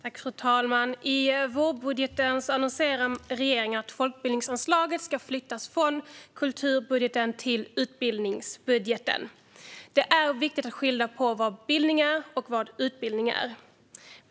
Fru talman! I vårbudgeten annonserade regeringen att folkbildningsanslaget ska flyttas från kulturbudgeten till utbildningsbudgeten. Det är viktigt att skilja på vad bildning och utbildning är för något.